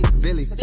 Billy